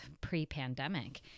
pre-pandemic